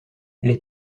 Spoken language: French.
les